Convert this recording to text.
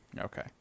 Okay